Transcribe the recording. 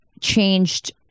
changed